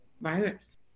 virus